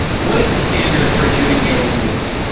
what is the standard for adjudicating this?